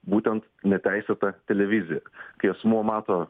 būtent neteisėta televizija kai asmuo mato